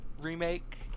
remake